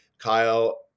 Kyle